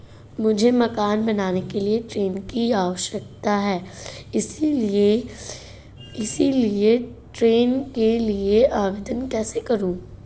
मुझे मकान बनाने के लिए ऋण की आवश्यकता है इसलिए मैं ऋण के लिए आवेदन कैसे करूं?